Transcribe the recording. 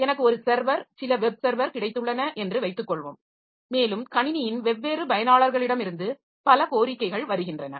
எனக்கு ஒரு சர்வர் சில வெப் சர்வர் கிடைத்துள்ளன என்று வைத்துக்கொள்வோம் மேலும் கணினியின் வெவ்வேறு பயனாளர்களிடமிருந்து பல கோரிக்கைகள் வருகின்றன